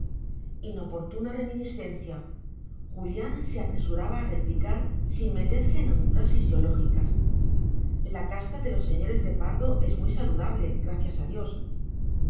inoportuna reminiscencia julián se apresuraba a replicar sin meterse en honduras fisiológicas la casta de los señores de pardo es muy saludable gracias a dios